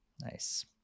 nice